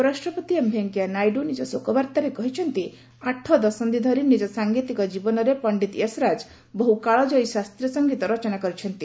ଉପରାଷ୍ଟ୍ରପତି ଭେଙ୍କିୟାନାଇଡୁ ନିଜ ଶୋକବାର୍ତ୍ତାରେ କହିଛନ୍ତି ଆଠ ଦଶନ୍ଧି ଧରି ନିଜ ସାଙ୍ଗୀତିକ ଜୀବନରେ ପଣ୍ଡିତ ଯଶରାଜ ବହୁ କାଳଜୟୀ ଶାସ୍ତ୍ରୀୟ ସଂଗୀତ ରଚନା କରିଛନ୍ତି